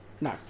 No